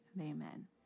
Amen